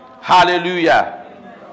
Hallelujah